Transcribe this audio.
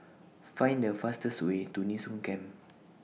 Find The fastest Way to Nee Soon Camp